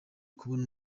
kubona